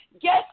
guess